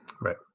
Right